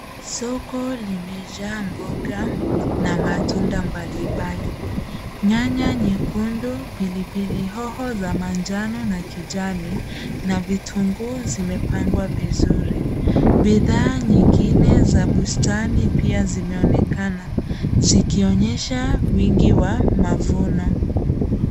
Soko limejaa mboga na matunda mbalimbali. Nyanya nyekundu, pilipili hoho za manjano na kijani, na vitunguu zimepangwa vizuri. Bidhaa nyingine za bustani pia zimeonekana, zikionyesha wingi wa mavuno.